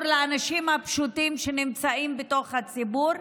לאנשים הפשוטים שנמצאים בתוך הציבור,